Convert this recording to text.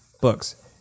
books